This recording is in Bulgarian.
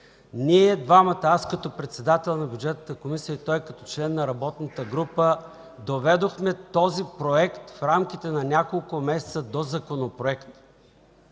Ние двамата – аз като председател на Бюджетната комисия и той като член на работната група, доведохме този проект в рамките на няколко месеца до законопроект.